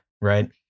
right